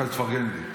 רק אל תפרגן לי.